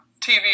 TV